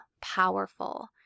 powerful